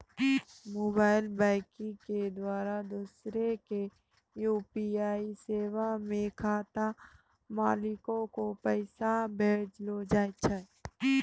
mobile banking के द्वारा दोसरा के यू.पी.आई सेबा से खाता मालिको के पैसा भेजलो जाय छै